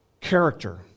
character